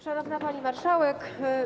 Szanowna Pani Marszałek!